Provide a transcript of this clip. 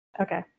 okay